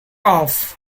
off